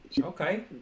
Okay